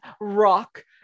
Rock